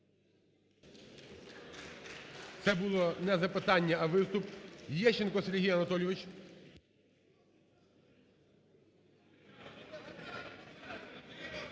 Це було не запитання, а виступ. Лещенко Сергій Анатолійович